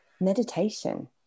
meditation